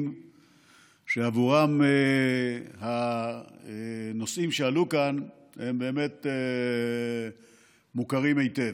שעבורם הנושאים שעלו כאן באמת מוכרים היטב.